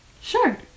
Sure